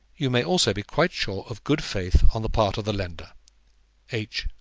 you may also be quite sure of good faith on the part of the lender h.